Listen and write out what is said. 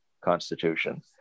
constitution